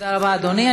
תודה רבה, אדוני.